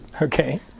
Okay